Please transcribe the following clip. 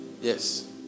yes